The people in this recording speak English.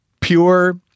pure